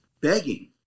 begging